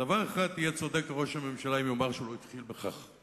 אבל בדבר אחד יהיה צודק ראש הממשלה אם יאמר שהוא לא התחיל בכך,